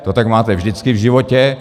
To tak máte vždycky v životě.